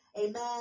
amen